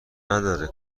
نداره